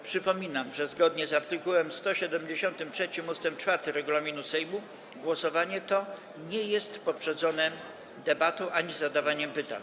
Przypominam, że zgodnie z art. 173 ust. 4 regulaminu Sejmu głosowanie to nie jest poprzedzone debatą ani zadawaniem pytań.